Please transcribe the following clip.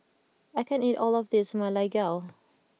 I can't eat all of this Ma Lai Gao